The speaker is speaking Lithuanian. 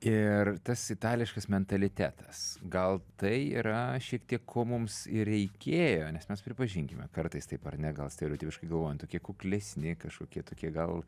ir tas itališkas mentalitetas gal tai yra šiek tiek ko mums ir reikėjo nes mes pripažinkime kartais taip ar ne gal stereotipiškai galvojant tokie kuklesni kažkokie tokie gal